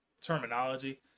terminology